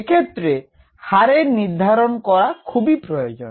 এক্ষেত্রে হারের নির্ধারণ করা খুবই প্রয়োজন